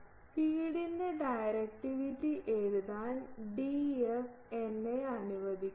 ഫീഡിൻറെ directivity എഴുതാൻ Df എന്നെ അനുവദിക്കുക